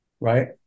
Right